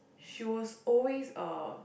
she was always uh